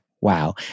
wow